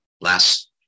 last